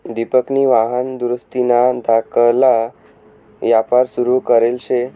दिपकनी वाहन दुरुस्तीना धाकला यापार सुरू करेल शे